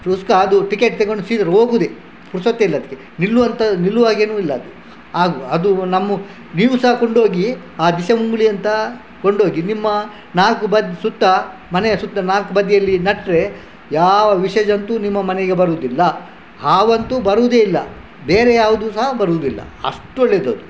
ಪುಸ್ಕ ಅದು ಟಿಕೆಟ್ ತಗೊಂಡು ಸೀದ ಹೋಗುದೆ ಪುರ್ಸೊತ್ತಿಲ್ಲ ಅದಕ್ಕೆ ನಿಲ್ಲುವಂತ ನಿಲ್ಲುವಾಗೇನು ಇಲ್ಲ ಅದು ಆಗ ಅದು ನಮ್ಮ ನೀವು ಸಾ ಕೊಂಡೋಗಿ ಆ ದಿಸಮುಂಗುಳಿ ಅಂತ ಕೊಂಡೋಗಿ ನಿಮ್ಮ ನಾಲ್ಕು ಬದಿ ಸುತ್ತ ಮನೆಯ ಸುತ್ತ ನಾಲ್ಕು ಬದಿಯಲ್ಲಿ ನೆಟ್ರೆ ಯಾವ ವಿಷಜಂತು ನಿಮ್ಮ ಮನೆಗೆ ಬರೋದಿಲ್ಲ ಹಾವಂತು ಬರೋದೇಯಿಲ್ಲ ಬೇರೆ ಯಾವುದು ಸಹ ಬರೋದಿಲ್ಲ ಅಷ್ಟು ಒಳ್ಳೆದದು